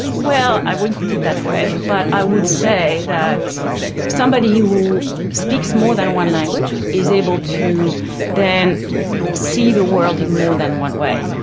well i wouldn't put it that way, but i would say that somebody who speaks more than one language is able to then see the world in more than one way.